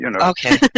Okay